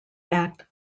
act